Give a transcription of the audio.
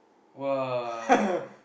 !wah!